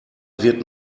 wird